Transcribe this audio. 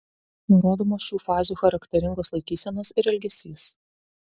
nurodomos šių fazių charakteringos laikysenos ir elgesys